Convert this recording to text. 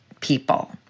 people